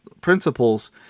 principles